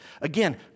Again